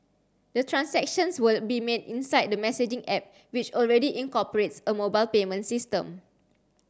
the transactions will be made inside the messaging app which already incorporates a mobile payment system